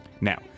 Now